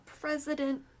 president